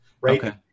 right